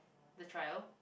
the trial